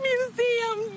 Museum